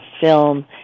film